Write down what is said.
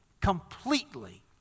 completely